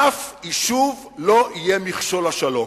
אף יישוב לא יהיה מכשול לשלום.